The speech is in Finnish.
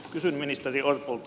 kysyn ministeri orpolta